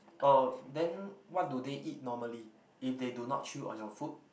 uh then what do they eat normally if they do not chew on your food